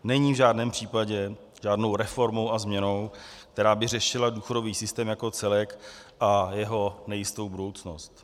Není v žádném případě žádnou reformou a změnou, která by řešila důchodový systém jako celek a jeho nejistou budoucnost.